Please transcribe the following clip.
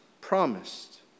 promised